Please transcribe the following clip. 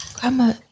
Grandma